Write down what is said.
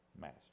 Master